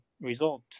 result